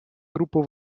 группы